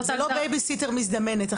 זאת לא בייבי-סיטר מזדמנת.